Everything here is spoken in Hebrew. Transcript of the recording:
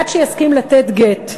עד שיסכים לתת גט.